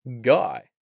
Guy